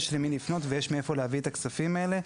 יש למי לפנות ויש מהיכן להביא את הכספים האלה.